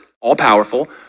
all-powerful